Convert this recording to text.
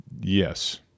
Yes